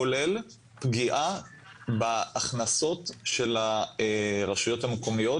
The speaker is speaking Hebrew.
כולל פגיעה בהכנסות של הרשויות המקומיות.